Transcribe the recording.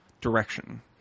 direction